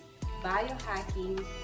Biohacking